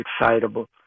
excitable